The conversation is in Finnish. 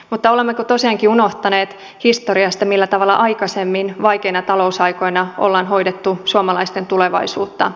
mutta olemmeko tosiaankin unohtaneet historiasta millä tavalla aikaisemmin vaikeina talousaikoina ollaan hoidettu suomalaisten tulevaisuutta